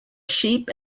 sheep